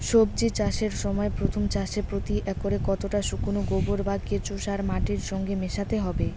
সবজি চাষের সময় প্রথম চাষে প্রতি একরে কতটা শুকনো গোবর বা কেঁচো সার মাটির সঙ্গে মেশাতে হবে?